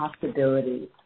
possibilities